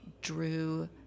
drew